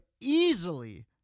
easily